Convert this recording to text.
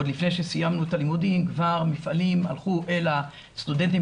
עוד לפני שסיימנו את הלימודים כבר מפעלים הלכו אל הסטודנטים